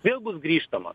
vėl bus grįžtama